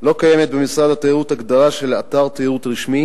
לא קיימת במשרד התיירות הגדרה של אתר תיירות רשמי